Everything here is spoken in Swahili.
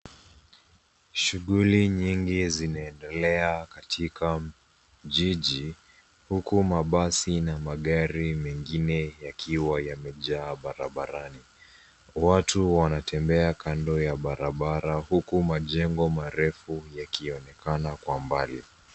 Shughuli nyingi zinaendelea katika jiji, huku mabasi na magari mengine yakiwa yamejea barabarani. Watu wanatembea kando ya barabara huku majengo marefu yakionekana kwa mbali.